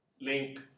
link